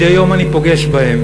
מדי יום אני פוגש בהם,